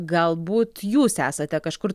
galbūt jūs esate kažkur